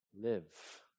Live